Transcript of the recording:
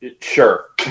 Sure